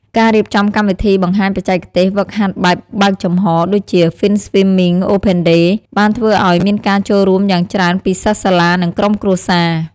ការរៀបចំកម្មវិធីបង្ហាញបច្ចេកទេស ហ្វឹកហាត់បែបបើកចំហ ដូចជា “Finswimming Open Day” បានធ្វើឱ្យមានការចូលរួមយ៉ាងច្រើនពីសិស្សសាលា និងក្រុមគ្រួសារ។